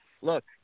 look